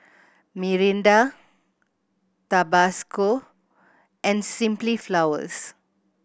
Mirinda Tabasco and Simply Flowers